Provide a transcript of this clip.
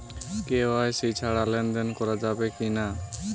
KYC ছাড়া লেনদেন করা যাবে কিনা?